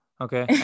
okay